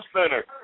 Center